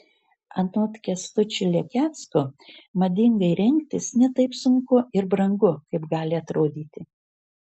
anot kęstučio lekecko madingai rengtis ne taip sunku ir brangu kaip gali atrodyti